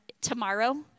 tomorrow